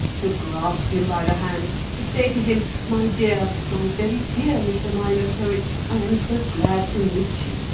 to grasp him by the hand, to say to him my dear my very dear mr. minor poet, i am so glad to meet you!